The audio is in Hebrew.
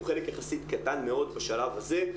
הוא חלק יחסית קטן מאוד בשלב הזה,